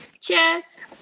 Cheers